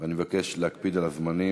אני מבקש להקפיד על הזמנים.